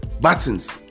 buttons